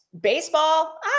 baseball